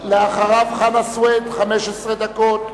אחריו חנא סוייד, 15 דקות,